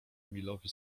emilowi